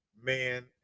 man